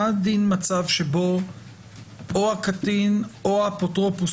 מה דין מצב שבו או הקטין או האפוטרופוס